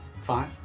Five